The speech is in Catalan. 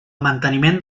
manteniment